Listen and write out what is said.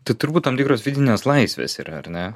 tai turbūt tam tikros vidinės laisvės yra ar ne